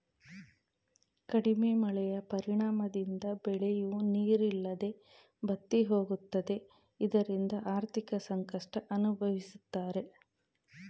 ಕಡಿಮೆ ಮಳೆಯ ಪರಿಣಾಮದಿಂದ ಬೆಳೆಯೂ ನೀರಿಲ್ಲದೆ ಬತ್ತಿಹೋಗುತ್ತದೆ ಇದರಿಂದ ಆರ್ಥಿಕ ಸಂಕಷ್ಟ ಅನುಭವಿಸುತ್ತಾರೆ